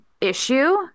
issue